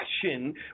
question